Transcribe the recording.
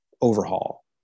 overhaul